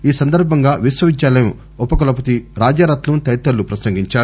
ఈ సందర్బంగా విశ్వవిద్యాలయం ఉప కులపతి రాజారత్నం తదితరులు ప్రసంగించారు